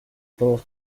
todos